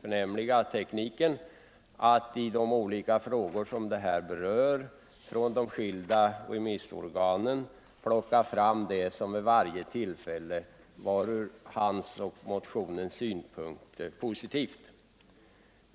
förnämliga tekniken att i de olika frågorna plocka fram de synpunkter från remissinstanserna som vid varje tillfälle var ur motionärernas synpunkt positiva.